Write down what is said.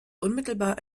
unmittelbar